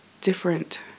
different